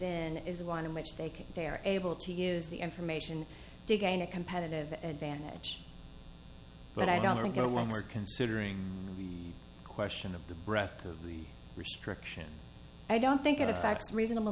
in is one in which they can they are able to use the information to gain a competitive advantage but i don't think you know when we're considering the question of the breath of the restriction i don't think it affects reasonable